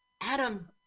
Adam